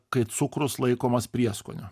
kai cukrus laikomas prieskoniu